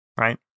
right